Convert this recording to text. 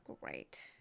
great